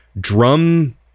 drum